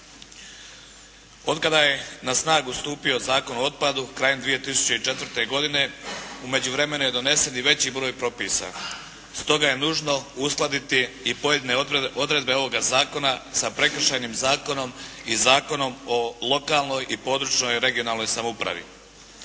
Od kada je na snagu stupio Zakon o otpadu krajem 2004. godine u međuvremenu je donesen i veći broj propisa. Stoga je nužno uskladiti i pojedine odredbe ovog zakona sa Prekršajnim zakonom i Zakonom o lokalnoj i područnoj (regionalnoj) samoupravi.